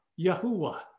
Yahuwah